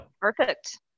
perfect